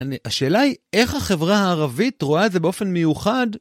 השאלה היא איך החברה הערבית רואה את זה באופן מיוחד?